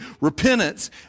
repentance